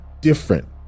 different